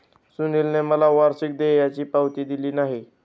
सुनीलने मला वार्षिक देयाची पावती दिली नाही